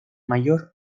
mayor